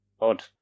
odd